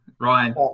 Ryan